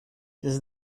does